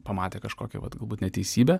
pamatė kažkokią vat galbūt neteisybę